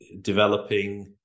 developing